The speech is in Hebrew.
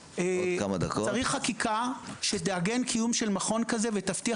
צריך חקיקה שתעגן קיום של מכון כזה ותבטיח